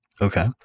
Okay